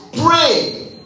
pray